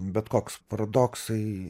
bet koks paradoksai